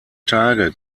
tage